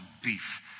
beef